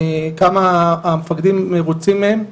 כמה המפקדים מרוצים מהן,